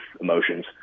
emotions